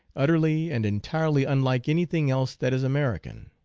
utterly and entirely unlike anything else that is american.